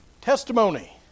testimony